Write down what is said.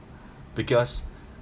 because